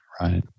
right